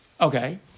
Okay